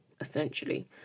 essentially